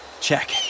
Check